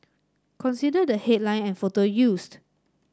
consider the headline and photo used